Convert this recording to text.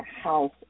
house